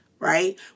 right